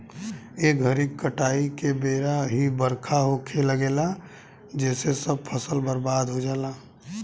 ए घरी काटाई के बेरा ही बरखा होखे लागेला जेसे सब फसल बर्बाद हो जाला